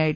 I